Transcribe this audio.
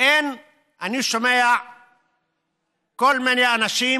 אני שומע כל מיני אנשים